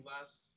last